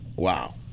Wow